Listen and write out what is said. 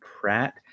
Pratt